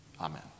Amen